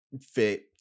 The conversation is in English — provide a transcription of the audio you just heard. fit